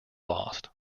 lost